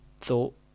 thought